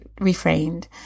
refrained